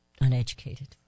uneducated